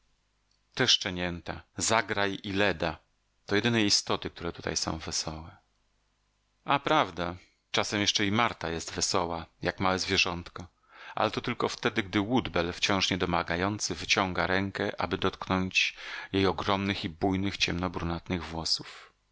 te szczenięta zagraj i leda to jedyne istoty które tutaj są wesołe a prawda czasem jeszcze i marta jest wesoła jak małe zwierzątko ale to tylko wtedy gdy woodbell wciąż niedomagający wyciąga rękę aby dotknąć jej ogromnych i bujnych ciemno brunatnych włosów